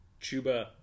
Chuba